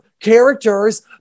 characters